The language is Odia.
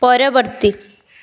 ପରବର୍ତ୍ତୀ